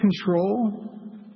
control